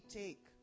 take